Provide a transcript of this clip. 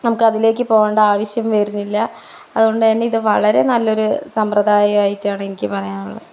നമുക്ക് അതിലേക്ക് പോകേണ്ട ആവശ്യം വരുന്നില്ല അതുകൊണ്ട്തന്നെ ഇത് വളരെ നല്ലൊരു സമ്പ്രദായം ആയിട്ടാണ് എനിക്ക് പറയാനുള്ളത്